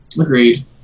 Agreed